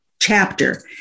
chapter